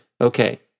Okay